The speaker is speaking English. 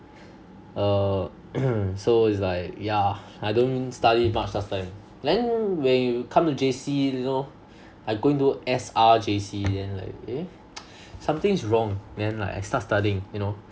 err so it's like yeah I don't study much last time then when you come to J_C you know I'm go into S_R_J_C then like eh something is wrong then like I start studying you know